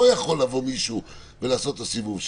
יכול לבוא מישהו ולעשות את הסיבוב שלו,